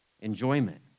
enjoyment